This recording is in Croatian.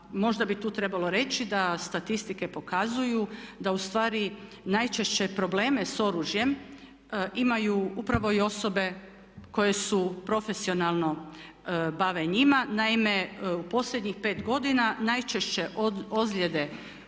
možda bi tu trebalo reći da statistike pokazuju da u stvari najčešće probleme sa oružjem imaju upravo i osobe koje se profesionalno bave njima. Naime, u posljednjih pet godina najčešće ozljede